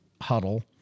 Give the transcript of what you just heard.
huddle